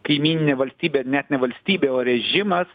kaimyninė valstybė net ne valstybė o režimas